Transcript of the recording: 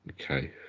Okay